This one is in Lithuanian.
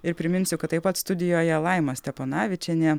ir priminsiu kad taip pat studijoje laima steponavičienė